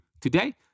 today